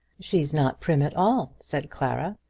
she is not prim at all, said clara.